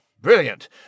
brilliant